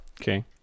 Okay